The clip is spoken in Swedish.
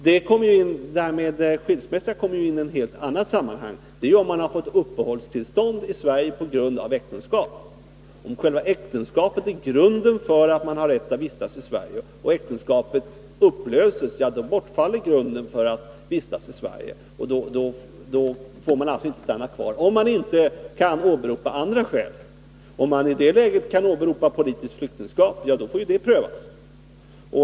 Detta med skilsmässa kommer in i ett helt annat sammanhang, nämligen när man har fått uppehållstillstånd i Sverige på grund av äktenskap. Om själva 147 äktenskapet är grunden för att man har rätt att vistas i Sverige och äktenskapet upplöses, då bortfaller grunden för att man skall få vistas i Sverige. Då får man alltså inte stanna kvar, om man inte kan åberopa andra skäl. Om man i det läget kan åberopa politiskt flyktingskap, så får ju det prövas.